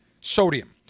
sodium